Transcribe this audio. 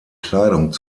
kleidung